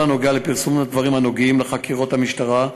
הקשור לפרסום הדברים הנוגעים בחקירות המשטרה,